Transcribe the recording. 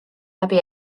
läbi